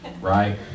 right